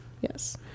yes